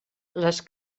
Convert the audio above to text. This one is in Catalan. les